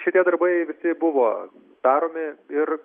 šitie darbai visi buvo daromi ir